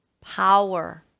power